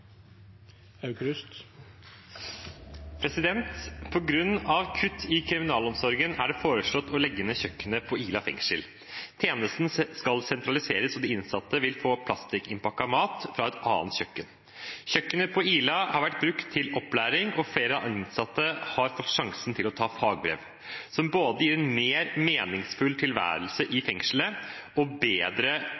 de innsatte vil få plastinnpakka mat fra et annet kjøkken. Kjøkkenet på Ila har vært brukt til opplæring, og flere innsatte har fått sjansen til å ta fagbrev, som både gir en mer meningsfull tilværelse i